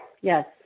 Yes